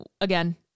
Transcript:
again